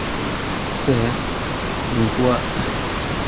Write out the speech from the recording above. ᱥᱮ ᱩᱱᱠᱩᱣᱟᱜ